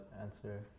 answer